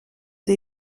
des